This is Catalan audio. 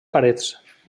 parets